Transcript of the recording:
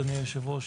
אדוני היושב-ראש,